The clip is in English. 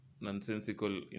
nonsensical